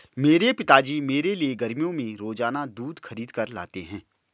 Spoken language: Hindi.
मेरे पिताजी मेरे लिए गर्मियों में रोजाना दूध खरीद कर लाते हैं